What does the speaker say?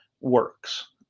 works